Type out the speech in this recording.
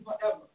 forever